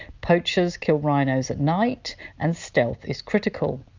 poachers kill rhinos at night and stealth is critical.